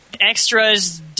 Extras